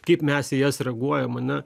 kaip mes į jas reaguojam ane